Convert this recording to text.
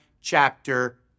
chapter